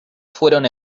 fueron